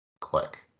click